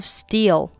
steel